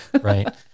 Right